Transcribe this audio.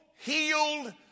healed